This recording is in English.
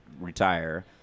retire